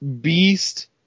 beast